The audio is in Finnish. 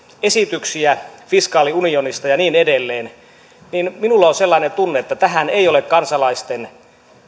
esityksiä fiskaaliunionista ja niin edelleen minulla on sellainen tunne että tähän ei ole kansalaisten